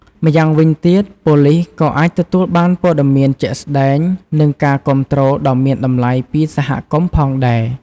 ម្យ៉ាងវិញទៀត ប៉ូលិសក៏អាចទទួលបានព័ត៌មានជាក់ស្តែង និងការគាំទ្រដ៏មានតម្លៃពីសហគមន៍ផងដែរ។